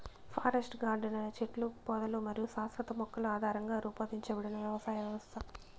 forest garden అనేది చెట్లు, పొదలు మరియు శాశ్వత మొక్కల ఆధారంగా రూపొందించబడిన వ్యవసాయ వ్యవస్థ